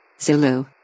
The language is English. Zulu